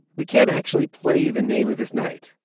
we can't actually play the name of this night.